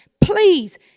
please